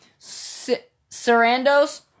Sarandos